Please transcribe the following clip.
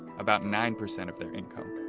about nine percent of their income.